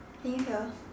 are you here